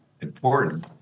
important